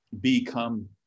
become